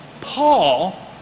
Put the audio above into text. Paul